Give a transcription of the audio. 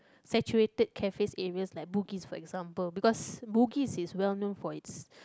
cafe areas like Bugis for example because Bugis is well known for it's